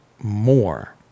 more